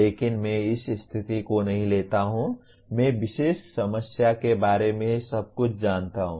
लेकिन मैं इस स्थिति को नहीं लेता हूं मैं इस विशेष समस्या के बारे में सब कुछ जानता हूं